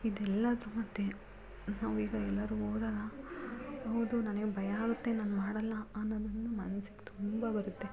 ಇದೆಲ್ಲದ್ರ ಮಧ್ಯೆ ನಾವು ಈಗ ಎಲ್ಲಾದ್ರೂ ಹೋದಾಗ ಹೌದು ನನಗೆ ಭಯ ಆಗುತ್ತೆ ನಾನು ಮಾಡಲ್ಲ ಅನ್ನೋದನ್ನು ಮನ್ಸಿಗೆ ತುಂಬ ಬರುತ್ತೆ